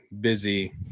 busy